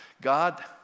God